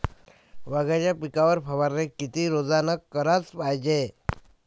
वांग्याच्या पिकावर फवारनी किती रोजानं कराच पायजे?